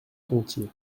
gontier